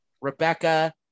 Rebecca